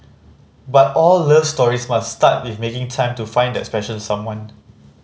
but all love stories must start with making time to find that special someone